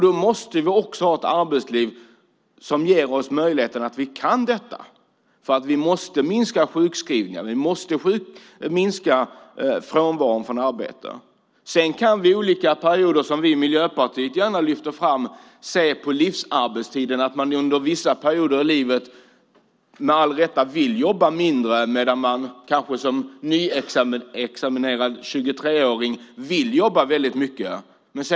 Då måste vi också ha ett arbetsliv som ger oss möjligheten att kunna göra detta. Vi måste minska sjukskrivningarna och minska frånvaron från arbetet. Sedan kan vi i olika perioder, som vi i Miljöpartiet gärna lyfter fram, se på livsarbetstiden. Under vissa perioder i livet vill man med all rätt jobba mindre medan man som nyutexaminerad 23-åring kanske vill jobba väldigt mycket.